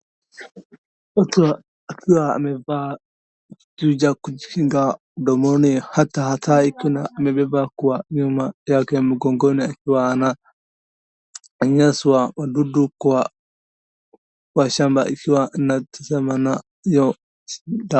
Mtu akiwa ameva kitu ya kujikinga mdomoni. Hata hatari, kuna amebeba kwa nyuma yake mgongoni akiwa ananyeshwa wadudu kwa washamba ikiwa anatazamana nayo.